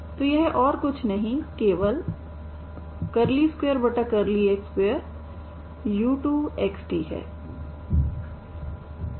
तो यह और कुछ नहीं केवल 2x2u2xt है